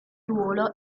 ruolo